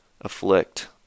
afflict